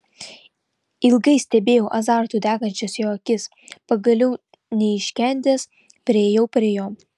ilgai stebėjau azartu degančias jo akis pagaliau neiškentęs priėjau prie jo